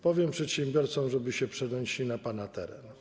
Powiem przedsiębiorcom, żeby się przenieśli na pana teren.